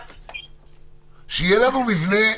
שיהיה לנו מבנה,